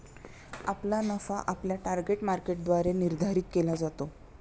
आपला नफा आपल्या टार्गेट मार्केटद्वारे निर्धारित केला जातो